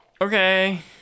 Okay